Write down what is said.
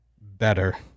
better